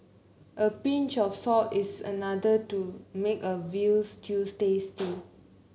a pinch of salt is another to make a veal stews tasty